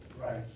Right